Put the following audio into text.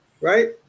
right